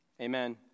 Amen